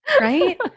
Right